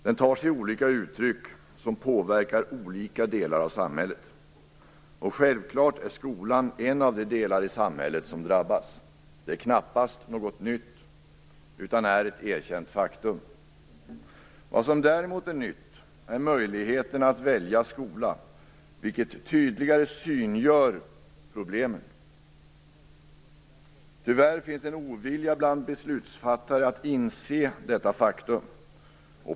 Den tar sig olika uttryck som påverkar olika delar av samhället. Självklart är skolan en av de delar i samhället som drabbas. Det är knappast något nytt, utan är ett erkänt faktum. Vad som däremot är nytt är möjligheterna att välja skola, vilket tydligare synliggör problemen. Tyvärr finns en ovilja bland beslutsfattare att inse detta faktum.